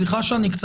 סליחה.